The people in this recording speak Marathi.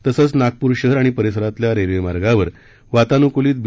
तसंच नागपूर शहर आणि परिसरातल्या रेल्वे मार्गावर वातान्क्लित बी